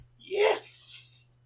Yes